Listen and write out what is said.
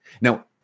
Now